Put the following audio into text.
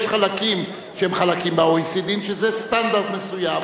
יש חלקים שהם חלקים ב-OECD, שזה סטנדרט מסוים,